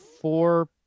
four